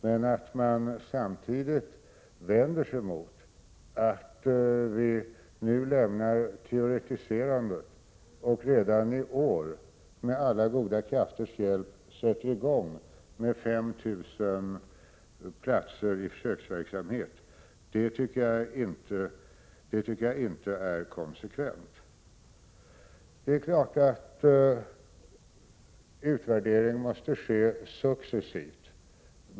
Men att man samtidigt vänder sig mot att vi nu lämnar teoretiserandet och redan i år, med alla goda krafters hjälp, sätter i gång med 5 000 platser i försöksverksamhet, det tycker jag inte är konsekvent. Utvärderingen måste givetvis ske successivt.